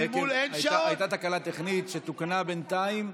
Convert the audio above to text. הייתה תקלה טכנית והיא תוקנה בינתיים.